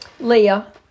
Leah